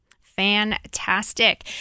Fantastic